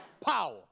Power